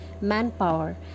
manpower